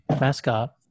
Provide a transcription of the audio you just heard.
mascot